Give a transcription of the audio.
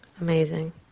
Amazing